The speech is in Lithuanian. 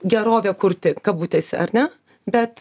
gerovę kurti kabutėse ar ne bet